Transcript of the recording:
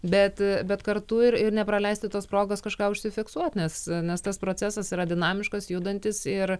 bet bet kartu ir ir nepraleisti tos progos kažką užsifiksuot nes nes tas procesas yra dinamiškas judantis ir